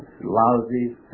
lousy